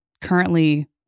currently